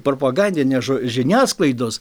propagandinė žiniasklaidos